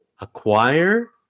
acquire